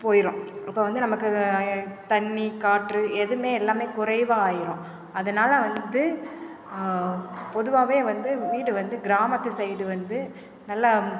போயிடும் இப்போ வந்து நமக்கு எ தண்ணி காற்று எதுமே எல்லாமே குறைவாக ஆயிடும் அதனால் வந்து பொதுவாகவே வந்து வீடு வந்து கிராமத்து சைடு வந்து நல்லா